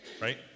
right